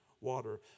Water